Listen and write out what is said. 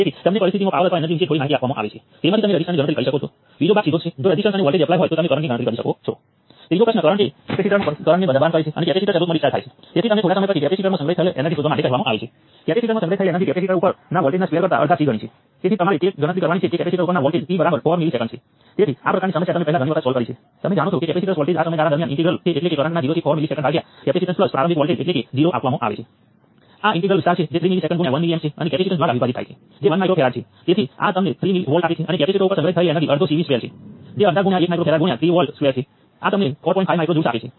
તેથી કૃપા કરીને ઈક્વેશનોનું શું થવાનું છે તે નક્કી કરો કારણ કે આ આપણે ઈન્ડિપેન્ડેન્ટ સોર્સમાં ફેરફારો કર્યા છે